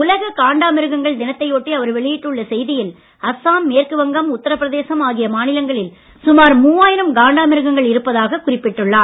உலக காண்டாமிருகங்கள் தினத்தை ஒட்டி அவர் வெளியிட்டுள்ள செய்தியில் அஸ்ஸாம் மேற்குவங்கம் உத்திரபிரதேசம் ஆகிய மாநிலங்களில் சுமார் மூவாயிரம் காண்டாமிருகங்கள் இருப்பதாக குறிப்பிட்டுள்ளார்